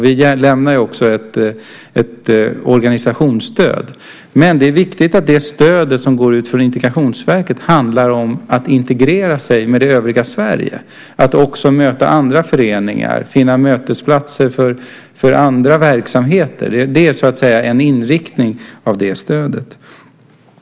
Vi lämnar också ett organisationsstöd. Men det är viktigt att det stöd som går ut från Integrationsverket handlar om att integrera sig med det övriga Sverige, att också möta andra föreningar, finna mötesplatser för andra verksamheter. Det är det som är inriktningen på stödet.